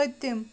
پٔتِم